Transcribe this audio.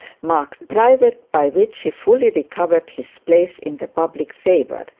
marked private, by which he fully recovered his place in the public favour.